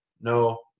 No